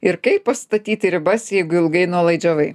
ir kaip pastatyti ribas jeigu ilgai nuolaidžiavai